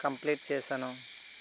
complete చేశాను